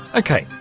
okay,